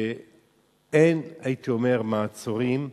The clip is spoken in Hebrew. אין מעצורים,